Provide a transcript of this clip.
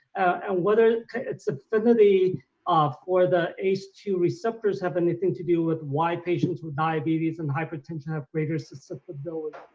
and whether its affinity um for the ace two receptors have anything to do with why patients with diabetes and hypertension have greater susceptibility?